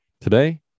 Today